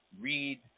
read